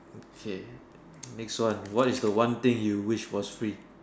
okay next one what is the one thing you wish was free